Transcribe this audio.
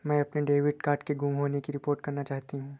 मैं अपने debit card के गुम होने की रिपोर्ट करना चाहती हूँ